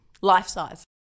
Life-size